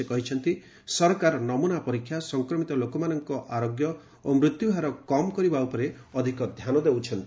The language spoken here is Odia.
ସେ କହିଛନ୍ତି ସରକାର ନମୁନା ପରୀକ୍ଷା ସଂକ୍ରମିତ ଲୋକମାନଙ୍କ ଆରୋଗ୍ୟ ଓ ମୃତ୍ୟୁହାର କମ କରିବା ଉପରେ ଅଧିକ ଧ୍ୟାନ ଦେଇଛନ୍ତି